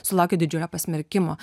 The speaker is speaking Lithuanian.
sulaukė didžiojo pasmerkimo